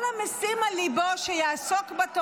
מה זה קשור לחוק?